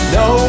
no